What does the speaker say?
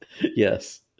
Yes